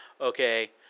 Okay